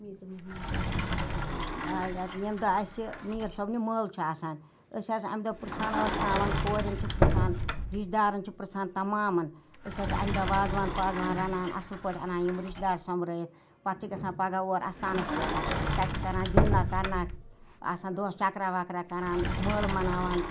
ییٚمہِ دۄہ اَسہِ میٖر صٲبنہِ مٲلہٕ چھُ آسان أسۍ حظ چھِ امہِ دۄہ پرژھان ٲشناوَن کوریٚن چھِ پرژھان رِشتہٕ دارَن چھِ پرژھان تَمامَن أسۍ حظ امہِ دۄہ وازوان پازوان رَنان اَصٕل پٲٹھۍ اَنان یِم رِشتہٕ دار سۄمبرٲوِتھ پتہٕ چھِ گَژھان پَگہہ اور اَستانَس پیٚٹھ تتہِ چھِ کَران گندنہ کَرنہَ آسان دۄہَس چَکرا وَکرا کَران مٲلہٕ مَناوان